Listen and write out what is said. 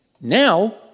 Now